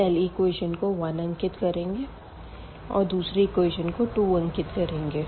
पहले इक्वेशन को 1 अंकित करेंगे और दूसरे इक्वेशन को 2 अंकित करेंगे